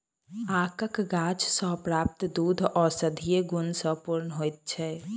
आकक गाछ सॅ प्राप्त दूध औषधीय गुण सॅ पूर्ण होइत छै